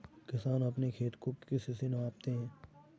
किसान अपने खेत को किससे मापते हैं?